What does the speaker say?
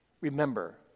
Remember